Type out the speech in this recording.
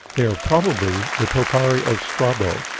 they are probably the tochari of strabo.